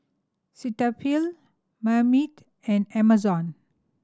Cetaphil Marmite and Amazon